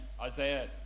Isaiah